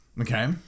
Okay